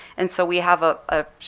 and so we have ah a